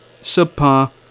subpar